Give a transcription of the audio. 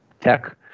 tech